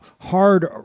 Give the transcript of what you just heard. hard